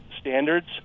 standards